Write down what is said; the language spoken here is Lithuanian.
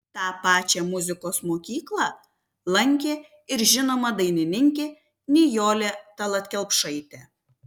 tą pačią muzikos mokyklą lankė ir žinoma dainininkė nijolė tallat kelpšaitė